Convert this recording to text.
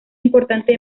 importante